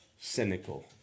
cynical